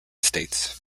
states